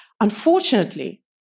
unfortunately